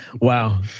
wow